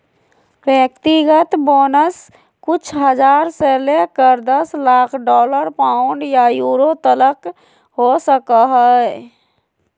व्यक्तिगत बोनस कुछ हज़ार से लेकर दस लाख डॉलर, पाउंड या यूरो तलक हो सको हइ